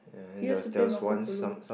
you have to play Marco-Polo